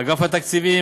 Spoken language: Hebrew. אגף התקציבים,